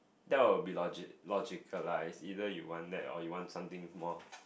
that will be logic logicalised either you want that or you want something more